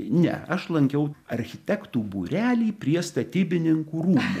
ne aš lankiau architektų būrelį prie statybininkų rūmų